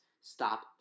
Stop